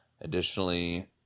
Additionally